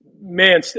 man